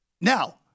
Now